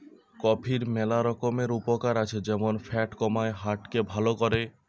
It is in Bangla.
কফির ম্যালা রকমের উপকার আছে যেমন ফ্যাট কমায়, হার্ট কে ভাল করে